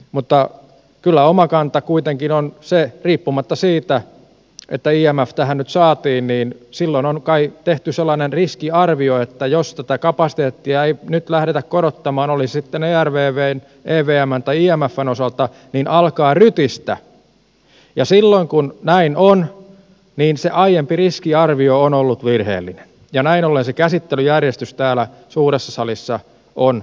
mutta kyllä oma kanta kuitenkin on se riippumatta siitä että imf tähän nyt saatiin että silloin on kai tehty sellainen riskiarvio että jos tätä kapasiteettia ei nyt lähdetä korottamaan oli se sitten ervvn evmn tai imfn osalta niin alkaa rytistä ja silloin kun näin on niin se aiempi riskiarvio on ollut virheellinen ja näin ollen se käsittelyjärjestys täällä suuressa salissa on mahdollisesti ollut virheellinen